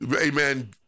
Amen